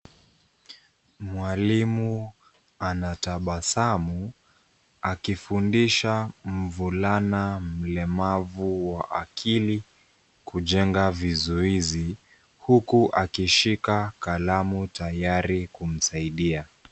Mwalimu anatabasamu akifundisha mvulana mlemavu wa akili kujenga vizuizi huku akishika kalamu tayari kumsaidia.